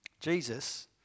Jesus